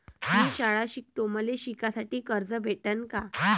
मी शाळा शिकतो, मले शिकासाठी कर्ज भेटन का?